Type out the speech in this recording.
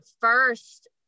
first